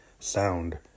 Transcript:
sound